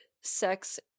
sex